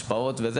השפעות וכו',